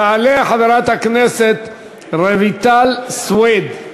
תעלה חברת הכנסת רויטל סויד,